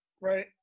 Right